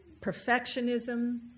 perfectionism